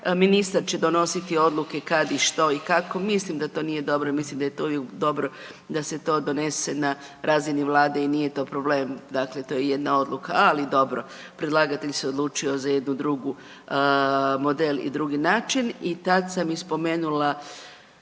ministar će donositi odluke kad i što i kako, mislim da to nije dobro i mislim da … da se to donese na razini Vlade i nije to problem, dakle to je jedna odluka. Ali dobro. Predlagatelj se odlučio za jednu drugu model i drugi način i tad sam i spomenula